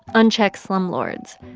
unchecked slumlords,